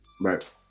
right